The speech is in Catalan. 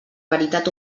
veritat